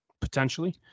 potentially